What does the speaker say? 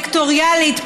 סקטוריאלית,